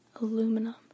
aluminum